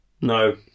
No